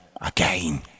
again